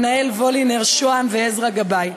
ענהאל וולינר שוהם ועזרא גבאי.